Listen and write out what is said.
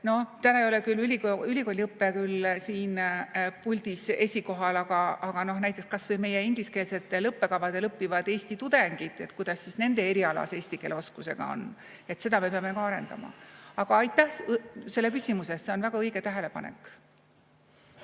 Täna ei ole küll ülikooliõpe siin puldis esikohal, aga näiteks kas või meie ingliskeelsetel õppekavadel õppivad Eesti tudengid, kuidas nende erialase eesti keele oskusega on? Seda me peame ka arendama. Aga aitäh selle küsimuse eest! See on väga õige tähelepanek.